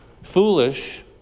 Foolish